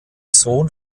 sohn